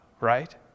right